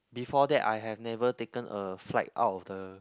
before that I have never taken a flight out of the